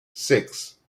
six